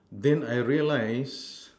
then I realize